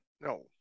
No